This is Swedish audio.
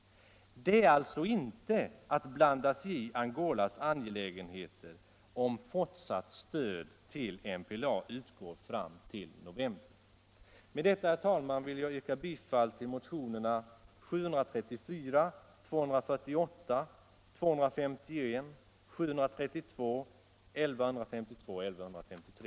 Det är alltså inte att blanda sig i Angolas angelägenheter att ge fortsatt stöd till MPLA fram till november. Herr talman! Med detta yrkar jag bifall till motionerna 734, 248, 251, 732, 1152 och 1153.